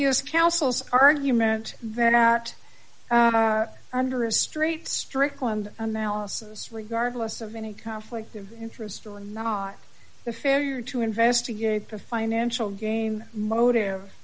vacuous councils argument that out under a straight strickland analysis regardless of any conflict of interest or not the failure to investigate the financial gain mo